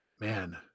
man